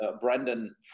Brandon